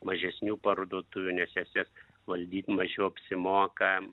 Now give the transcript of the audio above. mažesnių parduotuvių nes jas jas valdyt mažiau apsimoka